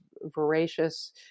voracious